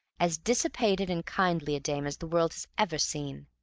as dissipated and kindly a dame as the world has ever seen.